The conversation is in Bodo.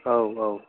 औ औ